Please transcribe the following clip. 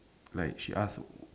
like she ask